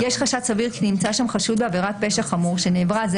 יש חשד סביר כי נמצא שם חשוד בעבירת פשע חמור שנעברה זה